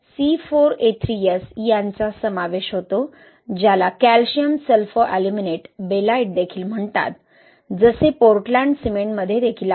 त्यात Yeelimite यांचा समावेश होतो ज्याला कॅल्शियम सल्फोअल्युमिनेट बेलाइट देखील म्हणतात जसे पोर्टलँड सिमेंटमध्ये देखील आहे